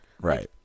Right